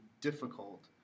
difficult